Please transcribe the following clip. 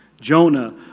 Jonah